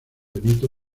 benito